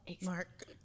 Mark